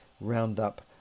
roundup